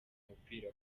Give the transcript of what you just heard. umupira